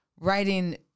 writing